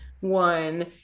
one